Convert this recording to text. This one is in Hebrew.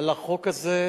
על החוק הזה